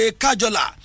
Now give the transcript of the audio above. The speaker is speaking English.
kajola